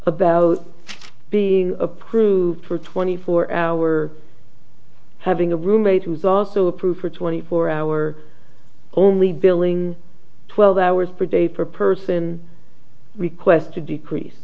about being approved for twenty four hour having a roommate was also approved for twenty four hour only billing twelve hours per day per person request to decrease